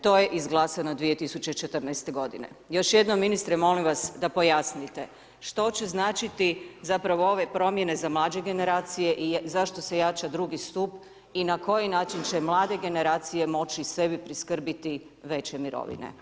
To je izglasano 2014. g. Još jednom ministre, molim vas, da pojasnite, što će značiti zapravo ove promijene za mlađe generacije i zašto se jača drugi stup i na koji način će mlade generacije moći sebi priskrbiti veće mirovine.